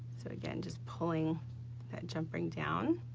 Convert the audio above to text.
so, again, just pulling that jump ring down.